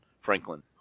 Franklin